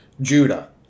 Judah